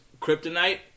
kryptonite